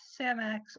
Samax